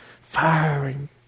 Firing